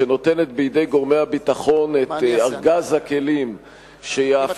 שנותנת בידי גורמי הביטחון את ארגז הכלים שיאפשר